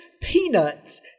Peanuts